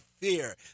fear